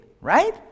right